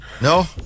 No